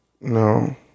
No